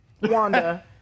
Wanda